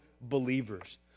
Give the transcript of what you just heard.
believers